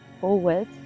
forward